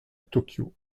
tokyo